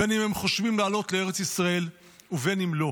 בין שהם חושבים לעלות לארץ ישראל ובין שלא.